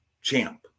champ